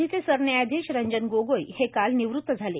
आधीचे सरन्यायाधीश रंजन गोगोई हे काल निवृत झाले